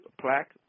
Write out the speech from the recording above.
plaque